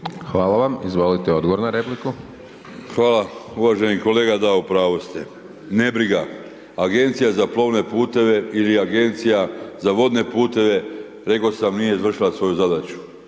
Hvala vam, izvolite odgovor na repliku. **Đakić, Josip (HDZ)** Hvala, uvaženi kolega da u pravu ste, nebriga, Agencija za plovne puteve ili Agencija za vodne puteve reko sam nije izvršila svoju zadaću,